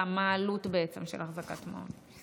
מה העלות של אחזקת מעון.